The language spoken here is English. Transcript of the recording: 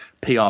PR